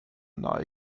nahe